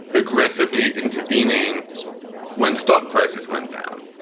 aggressively intervening when stock prices went down.